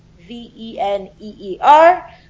V-E-N-E-E-R